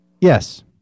yes